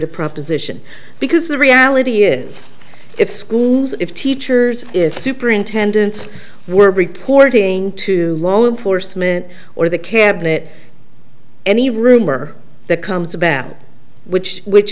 of proposition because the reality is if schools if teachers if superintendents were reporting to law enforcement or the cabinet any rumor that comes back which which